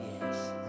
Yes